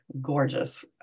gorgeous